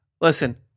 listen